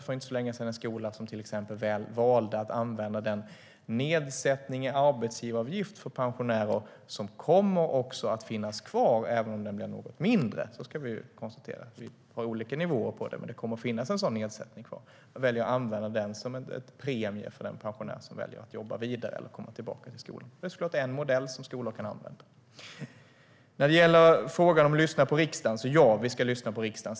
För inte så länge sedan var jag på en skola som valt att använda den nedsättning av arbetsgivaravgiften som finns för pensionärer och som kommer att finnas kvar, även om den blir något mindre. Vi har olika nivåer på det, men det kommer att finnas en sådan nedsättning. En del använder den som en premie för den pensionär som väljer att jobba vidare eller väljer att komma tillbaka till skolan. Det är en modell som skolorna kan använda. När det gäller frågan om att lyssna på riksdagen, så ja, vi ska lyssna på riksdagen.